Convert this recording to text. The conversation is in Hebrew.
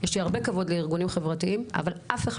יש לי הרבה כבוד לארגונים חברתיים אבל אף אחד